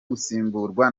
gusimburwa